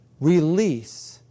release